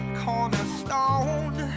cornerstone